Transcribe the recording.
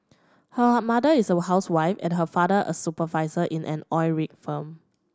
her mother is a housewife and her father a supervisor in an oil rig firm